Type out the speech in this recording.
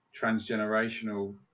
transgenerational